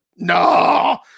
no